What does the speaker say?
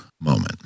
moment